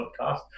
podcast